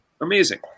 amazing